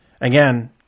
again